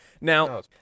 Now